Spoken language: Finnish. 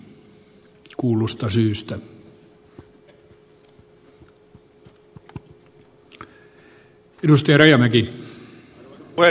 arvoisa puhemies